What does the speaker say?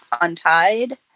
untied